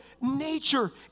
Nature